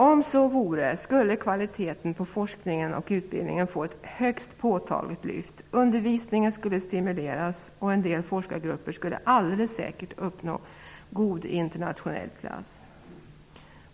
Om så vore skulle kvaliteten på forskningen och utbildningen få ett högst påtagligt lyft, undervisningen skulle stimuleras och en del forskargrupper skulle alldeles säkert uppnå god internationell klass.